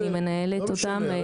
אני מנהלת אותם,